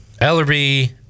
Ellerby